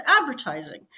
advertising